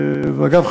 ואגב,